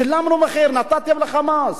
שילמנו מחיר, נתתם ל"חמאס",